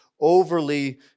overly